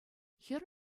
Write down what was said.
хӗр